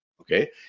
okay